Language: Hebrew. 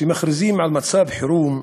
כשמכריזים על מצב חירום,